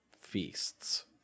feasts